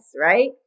right